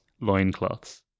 loincloths